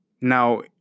Now